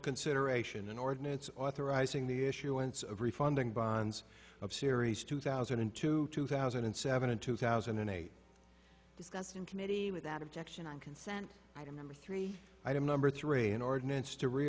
consideration an ordinance authorizing the issuance of refunding bonds of series two thousand and two two thousand and seven and two thousand and eight discussed in committee without objection on consent item number three item number three an ordinance to re